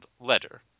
letter